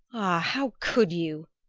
how could you?